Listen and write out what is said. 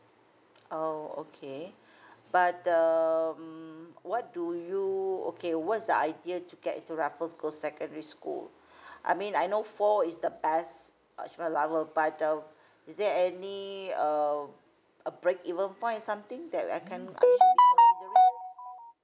oh okay but um what do you okay what's the idea to get into raffles girls secondary school I mean I know four is the best achievement level but uh is there any uh a break even point or something that I can I should be considering